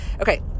Okay